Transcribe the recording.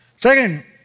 Second